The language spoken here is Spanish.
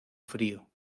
frío